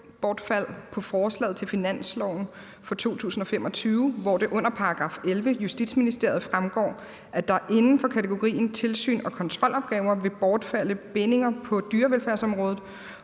opgavebortfald på forslaget til finansloven for 2025, hvor det under § 11, Justitsministeriet, fremgår, at der inden for kategorien tilsyn og kontrolopgaver vil bortfalde »bindinger på dyrevelfærdsområdet«,